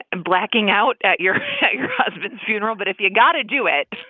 and blacking out at your at your husband's funeral. but if you got to do it,